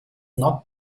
not